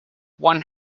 one